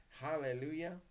Hallelujah